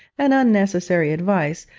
and unnecessary advice,